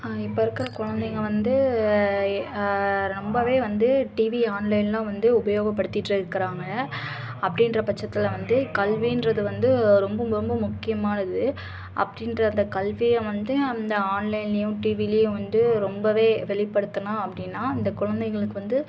இப்போ இருக்கிற குழந்தைங்க வந்து ரொம்பவே வந்து டிவி ஆன்லைன்லாம் வந்து உபயோகப்படுத்திகிட்டு இருக்குறாங்க அப்படின்ற பட்சத்தில் வந்து கல்வின்றது வந்து ரொம்ப ரொம்ப முக்கியமானது அப்டின்ற அந்த கல்வியை வந்து அந்த ஆன்லைன்லையும் டிவியிலையும் வந்து ரொம்பவே வெளிப்படுத்துனோம் அப்படின்னா அந்த குலந்தைகளுக்கு வந்து